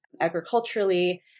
agriculturally